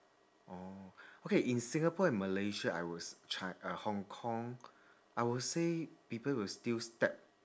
orh okay in singapore and malaysia I will ch~ Hong Kong I will say people will still step